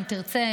אם תרצה,